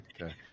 okay